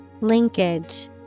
Linkage